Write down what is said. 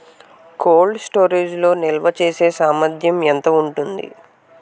Cold storage లో నిల్వచేసేసామర్థ్యం ఎంత ఉంటుంది?